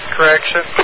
Correction